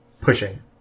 pushing